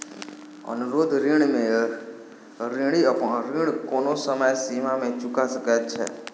अनुरोध ऋण में ऋणी अपन ऋण कोनो समय सीमा में चूका सकैत छै